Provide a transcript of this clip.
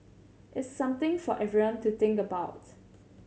it's something for everyone to think about's